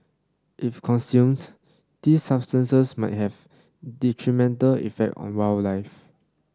if consumed these substances might have detrimental effect on wildlife